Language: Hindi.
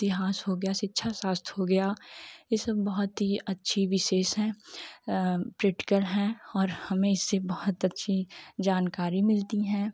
इतिहास हो गया शिक्षा शास्त्र हो गया यह सब बहुत ही अच्छी विशेष है प्रीटीकल है और हमें इससे बहुत अच्छी जानकारी मिलती है